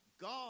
God